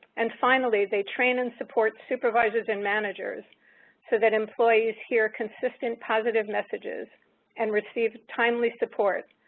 and finally, they train and support supervisors and managers so that employees here consistent positive messages and receive timely support,